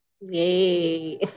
Yay